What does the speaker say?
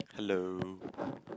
hello